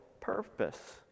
purpose